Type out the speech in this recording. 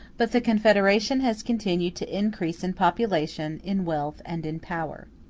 but the confederation has continued to increase in population, in wealth, and in power.